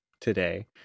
today